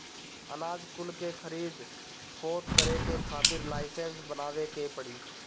अनाज कुल के खरीद फोक्त करे के खातिर लाइसेंस बनवावे के पड़ी